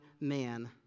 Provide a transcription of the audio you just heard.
man